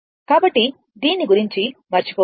కాబట్టి దీని గురించి మరచిపోండి